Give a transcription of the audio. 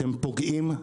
אתם פוגעים,